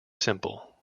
simple